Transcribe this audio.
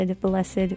blessed